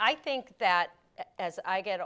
i think that as i get